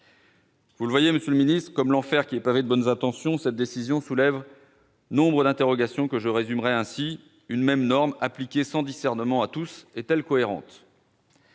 de la rentrée qui suivra ? Comme l'enfer est pavé de bonnes intentions, cette décision soulève nombre d'interrogations que je résumerai ainsi : une même norme, appliquée sans discernement à tous, est-elle cohérente ?